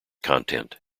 content